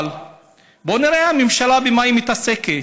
אבל בוא נראה: הממשלה, במה היא מתעסקת?